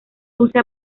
dulce